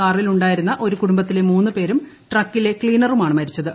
കാറിലുണ്ടായിരുന്ന ഒരു കുടുംബത്തിലെ മൂന്നു പേരും ട്രക്കിലെ ക്ലീനറുമാണ് മരിച്ചത്